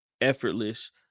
effortless